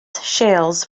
shales